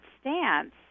stance